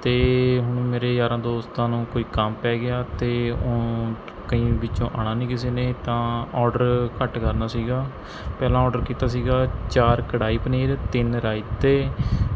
ਅਤੇ ਹੁਣ ਮੇਰੇ ਯਾਰਾਂ ਦੋਸਤਾਂ ਨੂੰ ਕੋਈ ਕੰਮ ਪੈ ਗਿਆ ਅਤੇ ਕਈ ਵਿੱਚੋਂ ਆਉਣਾ ਨਹੀਂ ਕਿਸੇ ਨੇ ਤਾਂ ਔਡਰ ਘੱਟ ਕਰਨਾ ਸੀਗਾ ਪਹਿਲਾਂ ਔਡਰ ਕੀਤਾ ਸੀਗਾ ਚਾਰ ਕੜਾਈ ਪਨੀਰ ਤਿੰਨ ਰਾਈਤੇ